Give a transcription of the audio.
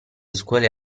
scuole